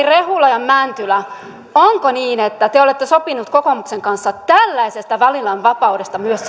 rehula ja mäntylä onko niin että te te olette sopineet kokoomuksen kanssa tällaisesta valinnanvapaudesta myös